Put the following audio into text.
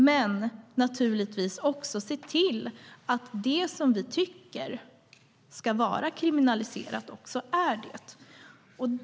Men det gäller naturligtvis också att se till att det vi tycker ska vara kriminaliserat också är det.